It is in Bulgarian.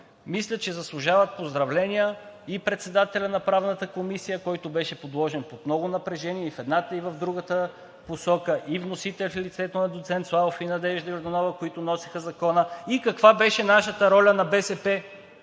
мисля, че заслужават поздравления и председателят на Правната комисия, който беше подложен под много напрежение и в едната и в другата посока, и вносителите в лицето на доцент Славов и Надежда Йорданова, които носеха Закона. Каква беше нашата роля на БСП?